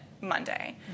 Monday